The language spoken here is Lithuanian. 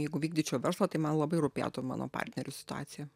jeigu vykdyčiau verslą tai man labai rūpėtų mano partnerių situacija